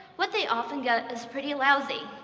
what they often get is pretty lousy.